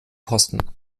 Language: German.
kosten